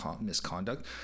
misconduct